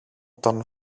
τον